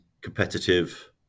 competitive